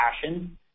passion